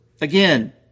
again